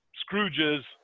Scrooge's